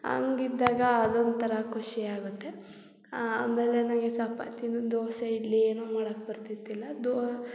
ಹಂಗ್ ಇದ್ದಾಗ ಅದೊಂಥರ ಖುಷಿಯಾಗುತ್ತೆ ಆಮೇಲೆ ನನಗೆ ಚಪಾತಿನೂ ದೋಸೆ ಇಡ್ಲಿ ಏನೂ ಮಾಡಕ್ಕೆ ಬರ್ತಿದ್ದಿಲ್ಲ ದೋ